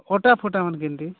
ଅଟା ଫଟା ମାନେ କେମିତି